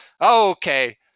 okay